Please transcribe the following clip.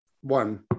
One